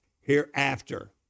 hereafter